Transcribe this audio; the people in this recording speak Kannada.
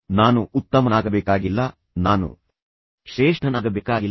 ನಾನು ಉತ್ತಮನಾಗಬೇಕಾಗಿಲ್ಲ ನಾನು ಶ್ರೇಷ್ಠನಾಗಬೇಕಾಗಿಲ್ಲ